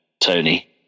Tony